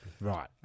Right